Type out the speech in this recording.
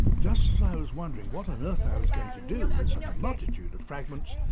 just as i was wondering what on earth i was going to do with such a multitude of fragments,